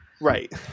Right